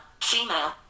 Female